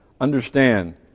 understand